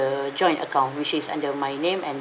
the joint account which is under my name and